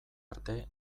arte